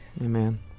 amen